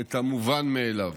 את המובן מאליו: